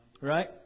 Right